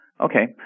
Okay